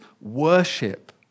worship